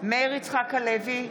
מאיר יצחק הלוי,